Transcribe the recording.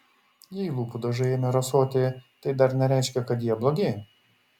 jei lūpų dažai ėmė rasoti tai dar nereiškia kad jie blogi